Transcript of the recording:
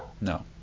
No